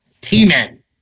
T-Men